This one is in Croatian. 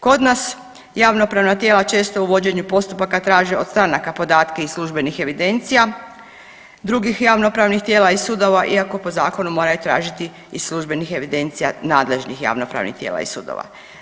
Kod nas javnopravna tijela često u vođenju postupaka traže od stranaka podatke iz službenih evidencija drugih javnopravnih tijela i sudova iako po zakonu moraju tražiti iz službenih evidencija nadležnih javnopravnih tijela i sudova.